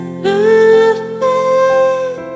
perfect